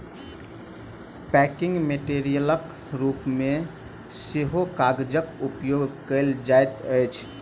packing मेटेरियलक रूप मे सेहो कागजक उपयोग कयल जाइत अछि